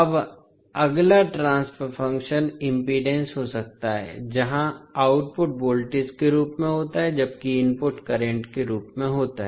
अब अगला transfer function impedance हो सकता है जहां आउटपुट वोल्टेज के रूप में होता है जबकि इनपुट करंट के रूप में होता है